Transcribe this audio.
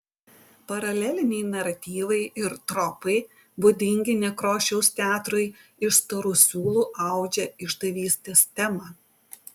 paraleliniai naratyvai ir tropai būdingi nekrošiaus teatrui iš storų siūlų audžia išdavystės temą